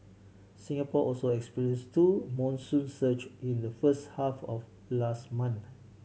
Singapore also experience two monsoon surge in the first half of last month